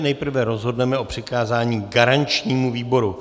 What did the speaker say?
Nejprve rozhodneme o přikázání garančnímu výboru.